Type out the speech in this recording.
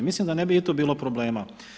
Mislim da ne bi i tu bilo problema.